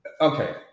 okay